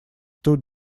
two